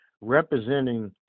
representing